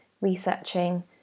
researching